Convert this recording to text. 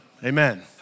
Amen